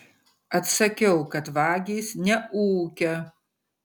atsakiau kad vagys neūkia